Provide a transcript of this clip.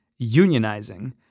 unionizing